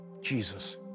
Jesus